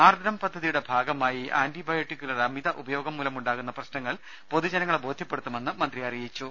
ആർദ്രം പദ്ധതിയുടെ ഭാഗമായി ആന്റിബയോട്ടിക്കുകളുടെ അമിത ഉപ യോഗം മൂലമുണ്ടാകുന്ന പ്രശ്നങ്ങൾ പൊതുജനങ്ങളെ ബോധൃ പ്പെടുത്തുമെന്നും മന്ത്രി അറിയിച്ചു